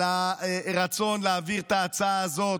על הרצון להעביר את ההצעה הזאת,